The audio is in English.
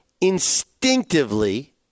instinctively